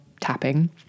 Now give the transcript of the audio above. tapping